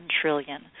trillion